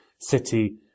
City